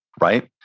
right